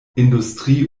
industrie